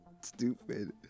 Stupid